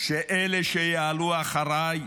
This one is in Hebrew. שאלה שיעלו אחריי,